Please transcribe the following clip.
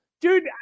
dude